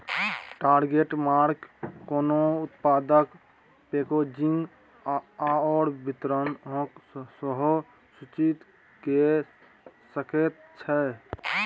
target market कोनो उत्पादक packaging आओर वितरणकेँ सेहो सूचित कए सकैत छै